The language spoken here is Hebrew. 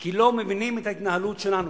כי לא מבינים את ההתנהלות שלנו.